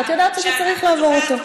ואת יודעת שזה צריך לעבור אותו.